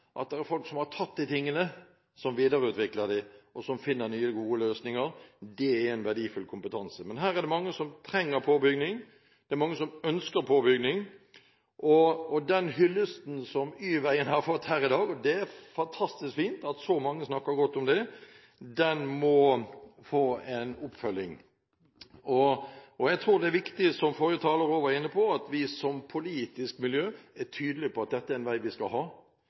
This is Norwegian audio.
at det er folk som tar tak i tingene, videreutvikler dem og som finner nye, gode løsninger – det er verdifull kompetanse. Men her er det mange som trenger påbygging, og som ønsker påbygging. Det er fantastisk fint med den hyllesten som Y-veien har fått her i dag, og at så mange snakker så godt om den – den må få en oppfølging. Jeg tror det er viktig, som forrige taler også var inne på, at vi som politisk miljø er tydelig på at dette er en vei vi skal ha,